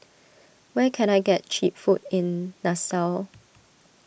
where can I get Cheap Food in Nassau